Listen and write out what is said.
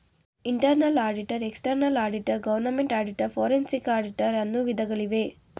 internal auditor, external auditor, government auditor, forensic auditor, ಅನ್ನು ವಿಧಗಳಿವೆ